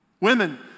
Women